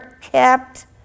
kept